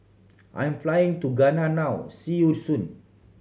I'm flying to Ghana now see you soon